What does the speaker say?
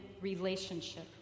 relationship